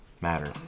matter